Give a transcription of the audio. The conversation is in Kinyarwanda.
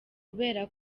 kubera